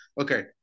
Okay